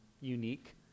unique